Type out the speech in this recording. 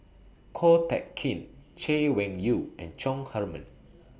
Ko Teck Kin Chay Weng Yew and Chong Heman